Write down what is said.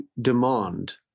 demand